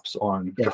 on